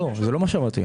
זה לא מה שאמרתי.